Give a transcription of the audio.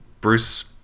Bruce